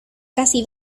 casi